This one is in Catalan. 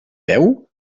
beu